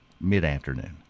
mid-afternoon